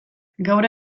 gaur